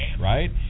right